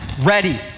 ready